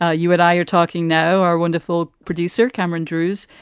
ah you and i are talking now. our wonderful producer, cameron drus,